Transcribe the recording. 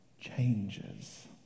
changes